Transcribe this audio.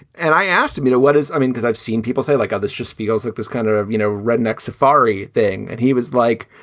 and i asked him, you know, what is i mean, because i've seen people say like this just feels like this kind of, you know, redneck safari thing. and he was like,